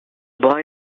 boy